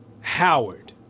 Howard